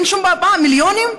מיליונים?